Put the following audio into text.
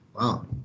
Wow